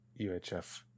UHF